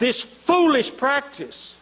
this foolish practice